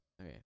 Okay